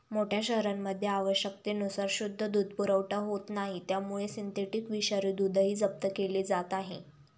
मोठ्या शहरांमध्ये आवश्यकतेनुसार शुद्ध दूध पुरवठा होत नाही त्यामुळे सिंथेटिक विषारी दूधही जप्त केले जात आहे